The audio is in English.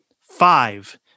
five